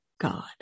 God